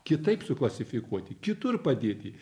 kitaip suklasifikuoti kitur padėti